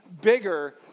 bigger